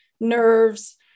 nerves